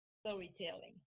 storytelling